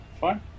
Fine